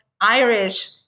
Irish